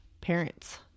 parents